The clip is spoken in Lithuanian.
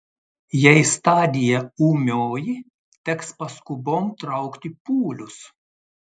jei stadija ūmioji teks paskubom traukti pūlius